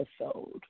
episode